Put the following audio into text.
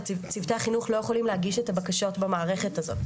צוותי החינוך לא יכולים להגיש את הבקשות במערכת הזאת,